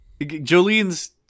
Jolene's